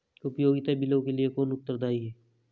उपयोगिता बिलों के लिए कौन उत्तरदायी है?